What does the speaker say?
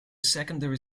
secondary